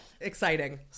exciting